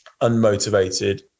unmotivated